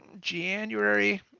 January